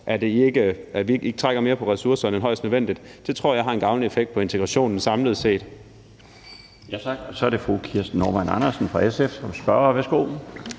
at de ikke trækker på ressourcerne mere end højst nødvendigt. Det tror jeg har en gavnlig effekt på integrationen samlet set.